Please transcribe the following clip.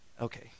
Okay